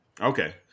Okay